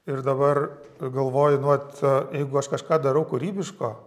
ir dabar galvoju nu vat jeigu aš kažką darau kūrybiško